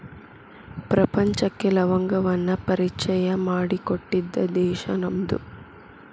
ಪ್ರಪಂಚಕ್ಕೆ ಲವಂಗವನ್ನಾ ಪರಿಚಯಾ ಮಾಡಿಕೊಟ್ಟಿದ್ದ ದೇಶಾ ನಮ್ದು